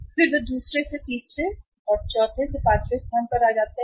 फिर वे दूसरे से तीसरे से चौथे से पांचवें स्थान पर आ जाते हैं